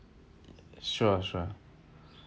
sure sure